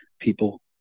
people